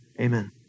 Amen